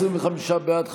25 בעד,